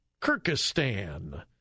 Kyrgyzstan